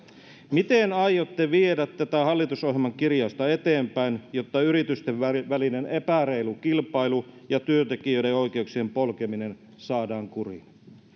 miten aiotte viedä tätä hallitusohjelman kirjausta eteenpäin jotta yritysten välinen epäreilu kilpailu ja työntekijöiden oikeuksien polkeminen saadaan kuriin